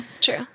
True